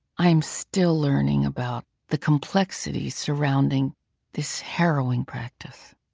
i am still learning about the complexity surrounding this harrowing practice.